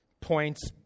points